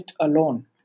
alone